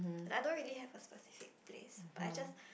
I don't really have a specific place but I just